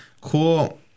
cool